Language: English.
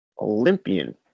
Olympian